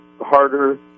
harder